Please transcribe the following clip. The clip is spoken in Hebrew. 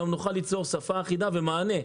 הכול כדי שנוכל ליצור שפה אחידה ומענה.